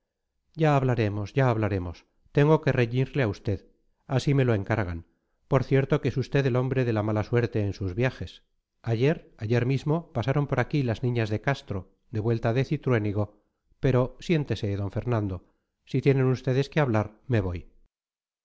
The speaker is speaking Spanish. ya hablaremos ya hablaremos tengo que reñirle a usted así me lo encargan por cierto que es usted el hombre de la mala suerte en sus viajes ayer ayer mismo pasaron por aquí las niñas de castro de vuelta de cintruénigo pero siéntese d fernando si tienen ustedes que hablar me voy